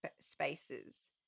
spaces